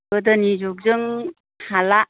गोदोनि जुगजों हाला